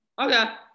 Okay